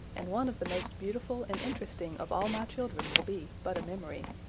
and one of the most beautiful and interesting of all my children will be but a memory.